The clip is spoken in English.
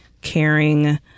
caring